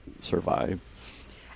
survive